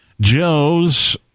joe's